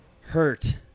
Hurt